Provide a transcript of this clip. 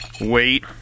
Wait